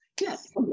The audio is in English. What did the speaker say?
Yes